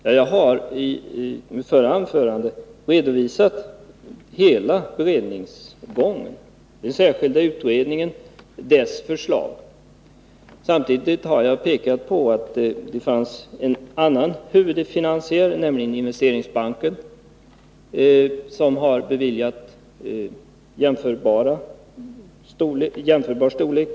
Men jag har i mitt förra anförande redovisat hela beredningsgången, den särskilda utredningen och dess förslag. Samtidigt har jag pekat på att det fanns en annan huvudfinansiär, nämligen Investeringsbanken, som har beviljat lån av jämförbar storlek.